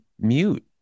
mute